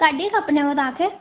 कॾहिं खपंदव तव्हांखे